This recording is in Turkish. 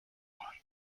var